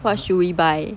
what should we buy